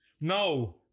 No